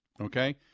okay